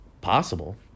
possible